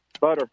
Butter